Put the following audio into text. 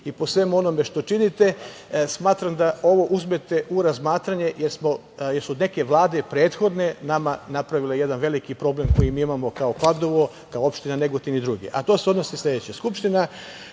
i po svemu onome što činite, smatram da ovo uzmete u razmatranje jer su neke prethodne vlade nama napravile jedan veliki problem koji mi imamo kao Kladovo, kao opština Negotin i druge. To se odnosi na sledeće. Skupštine